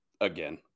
again